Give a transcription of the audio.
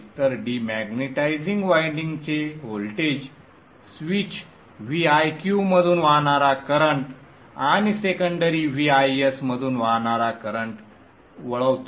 तर डिमॅग्नेटिझिंग वायंडिंगचे voltage switch Viq मधून वाहणारा करंट आणि सेकंडरी Vis मधून वाहणारा करंट वळवतो